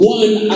one